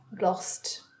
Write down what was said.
lost